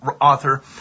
author